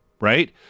right